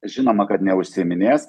žinoma kad neužsiiminės